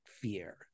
fear